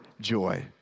joy